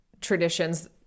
traditions